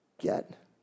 get